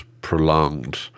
prolonged